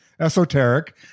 esoteric